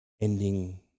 ending